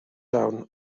town